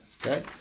Okay